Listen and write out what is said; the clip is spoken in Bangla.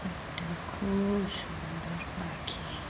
একটা খুব সুন্দর পাখি